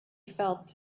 felt